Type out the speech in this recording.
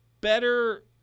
better